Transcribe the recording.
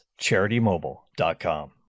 CharityMobile.com